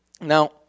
Now